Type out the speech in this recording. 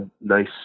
nice